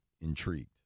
intrigued